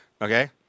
okay